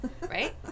right